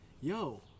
yo